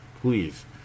please